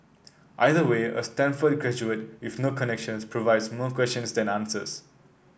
either way a Stanford graduate with no connections provides more questions than answers